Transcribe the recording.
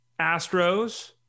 Astros